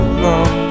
alone